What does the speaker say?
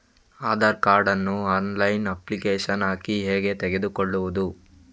Aadhaar card ನ್ನು online application ಹಾಕಿ ಹೇಗೆ ತೆಗೆದುಕೊಳ್ಳುವುದು?